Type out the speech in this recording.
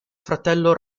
fratello